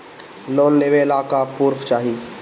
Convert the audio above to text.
Loan लेवे ला का पुर्फ चाही?